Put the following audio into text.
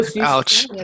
Ouch